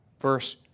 verse